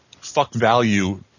fuck-value